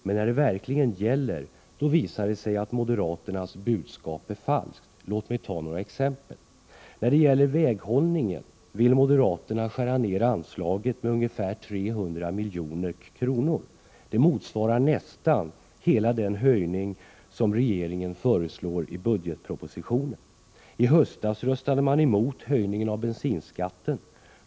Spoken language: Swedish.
Men när det verkligen gäller, då visar det sig att moderaternas budskap är falskt. Låt mig ta några exempel. När det gäller väghållningen vill moderaterna skära ned anslagen med ungefär 300 milj.kr. Det motsvarar nästan hela den höjning som regeringen föreslår i budgetpropositionen. I höstas röstade man mot höjningen av bensinskatten.